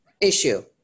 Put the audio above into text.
issue